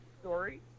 story